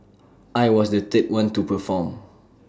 I was the third one to perform